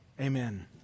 amen